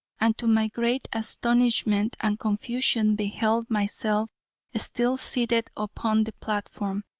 and to my great astonishment and confusion beheld myself still seated upon the platform.